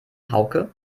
hauke